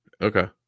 okay